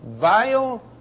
vile